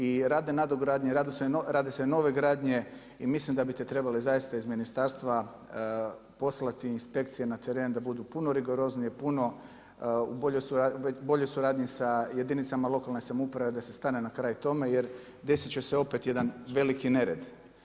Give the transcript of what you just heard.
I rade nadogradnje, rade se nove gradnje i mislim da biste trebali zaista iz ministarstva poslati inspekcije na teren da budu puno rigorozniji, puno u boljoj suradnji sa jedinicama lokalne samouprave, da se stane na kraj tome jer desit će se opet jedan veliki nered.